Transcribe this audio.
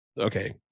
okay